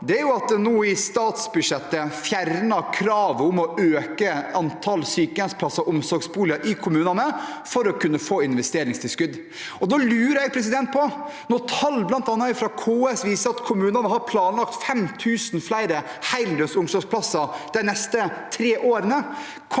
på, er at en nå i statsbudsjettet fjerner kravet om å øke antall sykehjemsplasser og omsorgsboliger i kommunene for å kunne få investeringstilskudd. Tall fra bl.a. KS viser at kommunene har planlagt 5 000 flere heldøgns omsorgsplasser de neste tre årene.